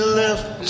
left